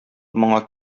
моңа